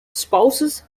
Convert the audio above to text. spouses